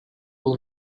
will